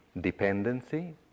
dependency